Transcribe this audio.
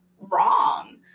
wrong